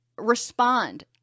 Respond